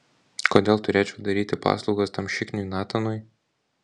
kodėl turėčiau daryti paslaugas tam šikniui natanui